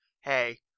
hey